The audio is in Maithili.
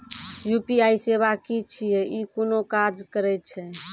यु.पी.आई सेवा की छियै? ई कूना काज करै छै?